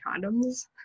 condoms